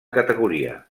categoria